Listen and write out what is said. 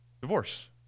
Divorce